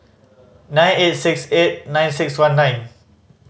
nine eight six eight nine six one nine